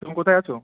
তুমি কোথায় আছো